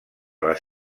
les